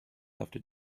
after